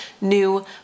new